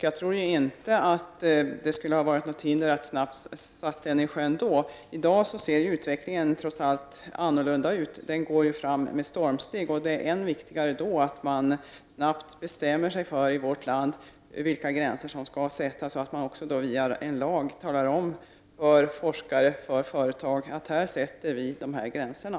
Jag tror inte att det fanns något hinder att sätta det i sjön då. I dag ser utvecklingen trots allt annorlunda ut. Den går fram med stormsteg, och då är det än viktigare att man snabbt bestämmer sig för vilka gränser som skall sättas i vårt land och att man via en lag talar om för forskare och företag att här sätter vi gränserna.